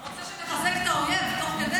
אתה רוצה שנחזק את האויב תוך כדי?